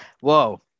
Whoa